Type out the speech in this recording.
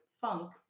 funk